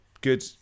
good